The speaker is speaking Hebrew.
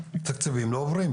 תקציבים לא עוברים,